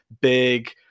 big